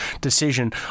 decision